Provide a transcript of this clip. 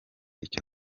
icyo